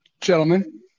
Gentlemen